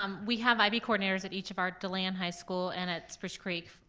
we have ib coordinators at each of our deland high school and at spruce creek,